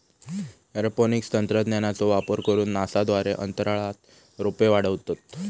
aeroponics तंत्रज्ञानाचो वापर करून नासा द्वारे अंतराळात रोपे वाढवतत